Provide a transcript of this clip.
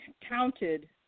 counted